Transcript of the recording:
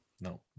no